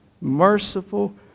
merciful